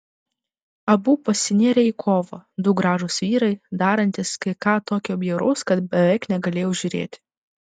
abu pasinėrė į kovą du gražūs vyrai darantys kai ką tokio bjauraus kad beveik negalėjau žiūrėti